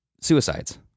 suicides